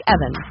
Evan